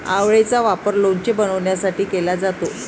आवळेचा वापर लोणचे बनवण्यासाठी केला जातो